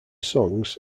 songs